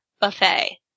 buffet